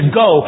go